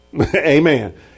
Amen